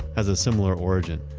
has a similar origin.